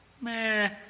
meh